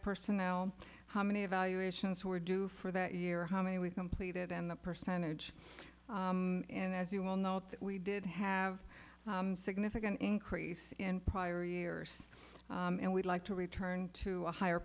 personnel how many evaluations were due for that year how many we've completed and the percentage in as you well know that we did have a significant increase in prior years and we'd like to return to a higher